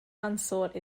unsought